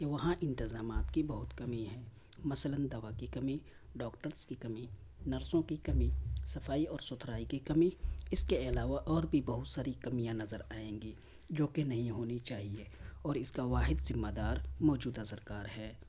کہ وہاں انتظامات کی بہت کمی ہے مثلاََ دوا کی کمی ڈاکٹرس کی کمی نرسوں کی کمی صفائی اور ستھرائی کی کمی اس کے علاوہ اور بہت ساری کمیاں نظر آئیں گی جو کہ نہیں ہونی چاہیے اور اس کا واحد ذمہ دار موجودہ سرکار ہے